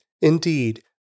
indeed